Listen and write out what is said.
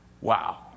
Wow